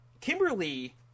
Kimberly